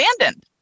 abandoned